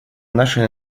нашей